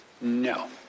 No